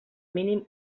mínim